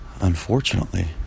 unfortunately